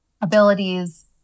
abilities